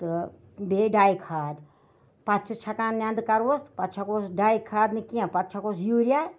تہٕ بیٚیہِ ڈاے کھاد پَتہٕ چھِس چھَکان نٮ۪نٛدٕ کَرٕووس تہٕ پَتہٕ چھَکوس ڈاے کھاد نہٕ کینٛہہ پَتہٕ چھَکوس یوٗریا